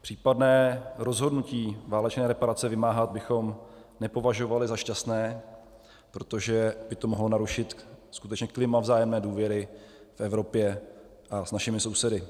Případné rozhodnutí válečné reparace vymáhat bychom nepovažovali za šťastné, protože by to mohlo narušit skutečně klima vzájemné důvěry v Evropě s našimi sousedy.